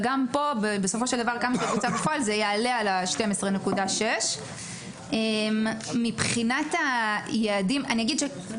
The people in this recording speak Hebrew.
וגם פה בסופו של דבר מה שבוצע בפועל יעלה על 12.6. ביעדים ככלל,